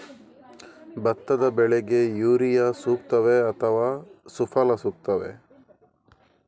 ಭತ್ತದ ಬೆಳೆಗೆ ಯೂರಿಯಾ ಸೂಕ್ತವೇ ಅಥವಾ ಸುಫಲ ಸೂಕ್ತವೇ?